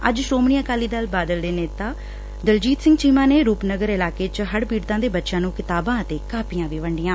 ਅੱਜ ਸ੍ਹੋਮਣੀ ਅਕਾਲੀ ਦਲ ਬਾਦਲ ਦੇ ਨੇਤਾ ਦਲਜੀਤ ਸਿੰਘ ਚੀਮਾ ਨੇ ਰੂਪਨਗਰ ਇਲਾਕੇ ਚ ਹੜ੍ ਪੀੜਤਾਂ ਦੇ ਬੱਚਿਆਂ ਨੂੰ ਕਿਤਾਬਾਂ ਕਾਪੀਆਂ ਵੀ ਵੰਡੀਆਂ